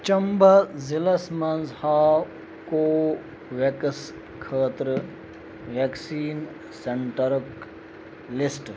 چمبہ ضلعس منٛز ہاو کو ویٚکٕس خٲطرٕ ویٚکسیٖن سیٚنٹرُک لِسٹہٕ